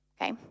okay